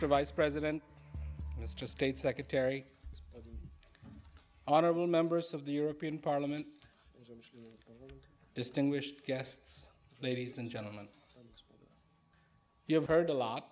mr vice president it's just great secretary honorable members of the european parliament distinguished guests ladies and gentlemen you have heard a lot